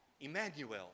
Emmanuel